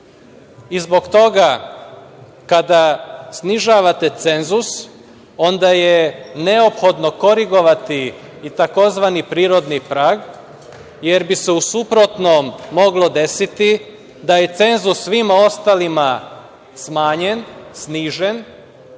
i zbog toga kada snižavate cenzus onda je neophodno korigovati i tzv. prirodni prag, jer bi se u suprotnom moglo desiti da je cenzus svima ostalima smanjen, snižen,